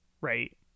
right